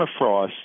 permafrost